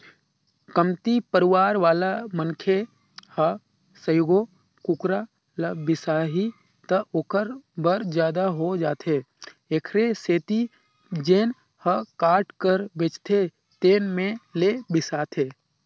कमती परवार वाला मनखे ह सइघो कुकरा ल बिसाही त ओखर बर जादा हो जाथे एखरे सेती जेन ह काट कर बेचथे तेन में ले बिसाथे